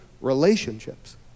relationships